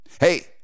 Hey